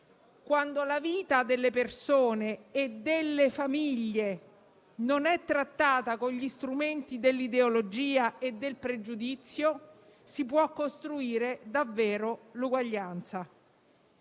Quando la vita delle persone e delle famiglie non è trattata con gli strumenti dell'ideologia e del pregiudizio si può costruire davvero l'uguaglianza.